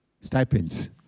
Stipends